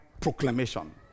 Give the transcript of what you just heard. proclamation